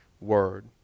word